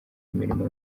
imirimo